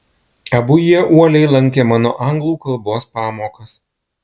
abu jie uoliai lankė mano anglų kalbos pamokas